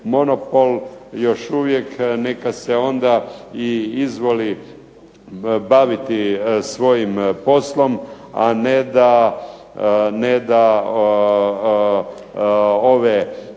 monopol, još uvijek, neka se onda i izvoli baviti svojim poslom, a ne da ove